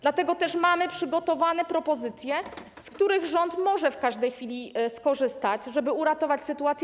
Dlatego też mamy przygotowane propozycje, z których rząd może w każdej chwili skorzystać, żeby uratować sytuację.